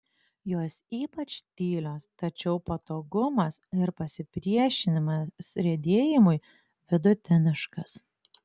jos ypač tylios tačiau patogumas ir pasipriešinimas riedėjimui vidutiniškas